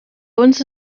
uns